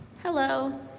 Hello